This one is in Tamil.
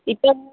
இப்போ